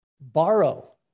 borrow